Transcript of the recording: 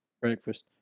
Breakfast